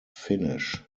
finish